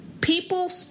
People